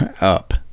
Up